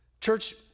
Church